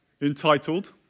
entitled